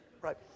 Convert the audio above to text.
right